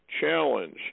challenge